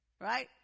Right